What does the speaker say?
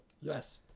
Yes